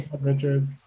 Richard